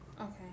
Okay